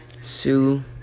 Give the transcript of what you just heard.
sue